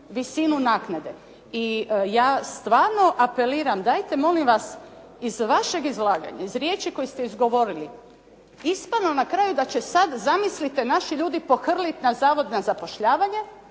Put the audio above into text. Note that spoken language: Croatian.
visinu naknade. I ja stvarno apeliram dajte molim vas iz vašeg izlaganja iz riječi koju ste izgovorili. Ispada na kraju da će sada zamislite naši ljudi pohrliti na Zavod za zapošljavanje